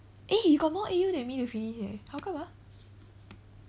eh you got more A_U than me to finish eh how come ah